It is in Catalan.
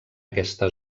aquesta